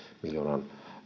miljoonan